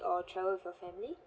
or travel with your family